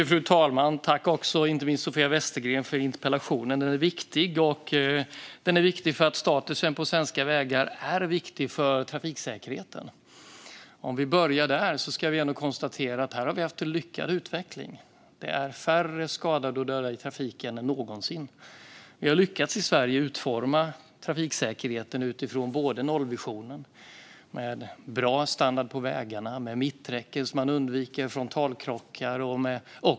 Fru talman! Tack, Sofia Westergren, för interpellationen! Den är viktig, eftersom statusen på svenska vägar är viktig för trafiksäkerheten. Om vi börjar där ska vi ändå konstatera att vi har haft en lyckad utveckling. Det är färre skadade och döda i trafiken än någonsin. Utifrån nollvisionen har vi i Sverige lyckats utforma trafiksäkerheten med bra standard på vägarna och med mitträcke så att man undviker frontalkrockar.